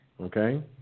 okay